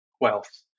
wealth